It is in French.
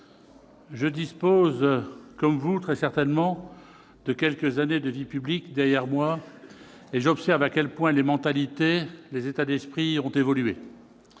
je dispose comme vous, très certainement, de quelques années de vie publique derrière moi, et j'observe à quel point les mentalités, les états d'esprit ont évolué.